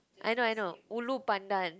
I know I know Ulu-Pandan